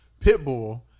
Pitbull